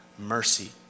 mercy